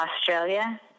Australia